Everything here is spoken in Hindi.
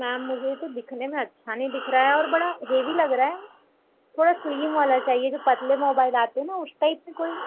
मैम मुझे तो दिखने में अच्छा नहीं दिख रहा है और बड़ा हेवी लग रहा है थोड़ा स्लीम होना चाहिए जो पतले मोबाइल आते न उस टाइप में कोई